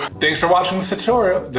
thanks for watching this tutorial.